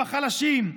בחלשים.